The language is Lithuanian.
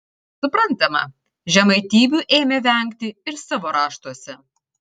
suprantama žemaitybių ėmė vengti ir savo raštuose